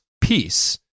peace